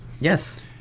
Yes